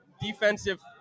defensive